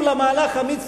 אם למהלך אמיץ